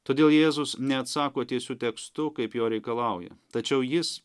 todėl jėzus neatsako tiesiu tekstu kaip jo reikalauja tačiau jis